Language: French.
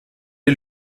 est